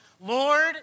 Lord